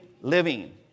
living